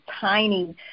tiny